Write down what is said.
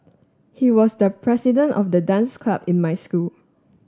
he was the president of the dance club in my school